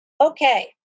Okay